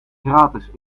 gratis